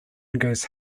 goes